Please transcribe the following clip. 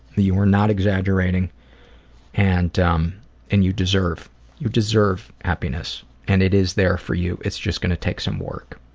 you are not exaggerating and um and you deserve you deserve happiness. and it is there for you, it's just going to take some work.